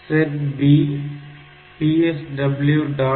SETB PSW